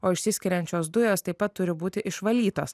o išsiskiriančios dujos taip pat turi būti išvalytos